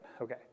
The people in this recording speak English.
Okay